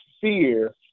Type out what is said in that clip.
fear